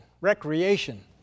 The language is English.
recreation